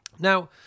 Now